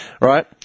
right